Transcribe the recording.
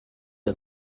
der